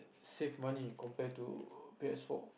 save money compared to P_S-four